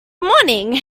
morning